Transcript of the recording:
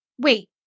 Wait